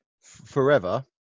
Forever